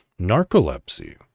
narcolepsy